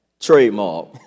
Trademark